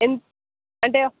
ఎంత అంటే